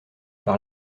par